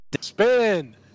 Spin